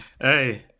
hey